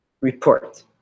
report